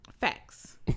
facts